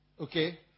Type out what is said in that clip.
Okay